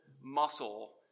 muscle